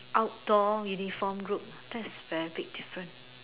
outdoor uniform group that's very big difference